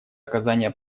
оказания